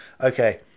Okay